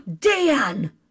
Dan